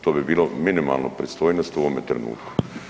To bi bilo minimalno pristojnosti u ovome trenutku.